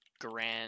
Grand